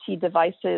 devices